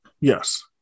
Yes